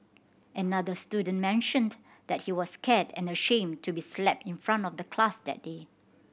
another student mentioned that he was scared and ashamed to be slapped in front of the class that day